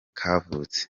kavutse